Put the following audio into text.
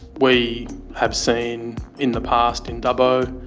we have seen in the past in dubbo